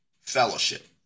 fellowship